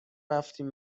رفتیم